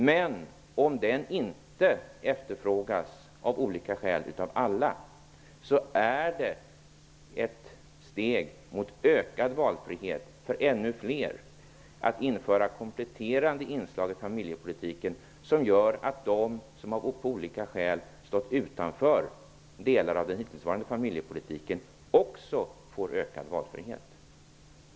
Men om den barnomsorgen inte efterfrågas av alla, av olika skäl, är införandet av kompletterande inslag i familjepolitiken ett steg mot ökad valfrihet för ännu fler. Det gör att de som har stått utanför delar av den hittillsvarande familjepolitiken också får ökad valfrihet.